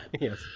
Yes